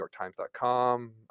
newyorktimes.com